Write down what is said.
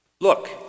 Look